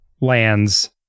lands